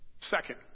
Second